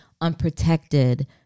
unprotected